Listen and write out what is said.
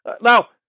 Now